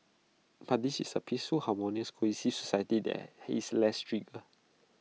but this is A peaceful harmonious cohesive society there he is less trigger